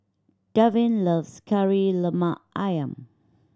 Darvin loves Kari Lemak Ayam